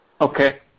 Okay